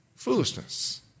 Foolishness